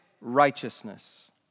righteousness